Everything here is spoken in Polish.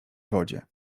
wodzie